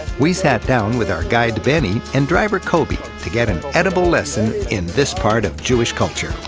we sat down with our guide, benny, and driver, kobi, to get an edible lesson in this part of jewish culture.